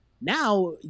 Now